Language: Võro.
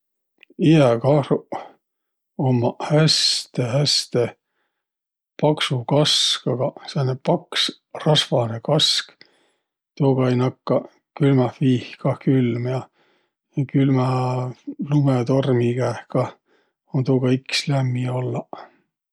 Ijäkahruq ummaq häste-häste paksu kaskagaq. Sääne paks rasvanõ kask. Tuuga ei nakkaq külmäh viih kah külm ja külmä lumõtormi käeh kah um tuuga iks lämmi ollaq.